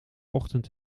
ochtend